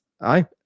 aye